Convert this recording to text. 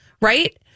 Right